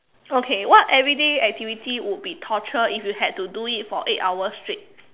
okay what everyday activity would be torture if you had to do it for eight hours straight